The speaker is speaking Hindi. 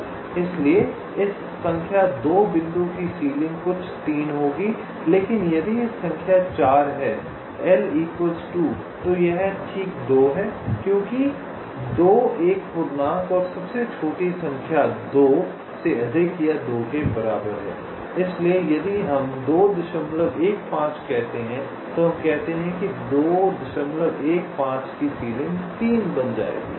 इसलिए इस संख्या 2 बिंदु की सीलिंग कुछ 3 होगी लेकिन यदि यह संख्या 4 है तो यह ठीक 2 है क्योंकि 2 एक पूर्णांक और सबसे छोटी संख्या 2 से अधिक या 2 के बराबर है इसलिए यदि हम 215 कहते हैं तो हम कहते हैं कि 215 की सीलिंग 3 बन जाएगी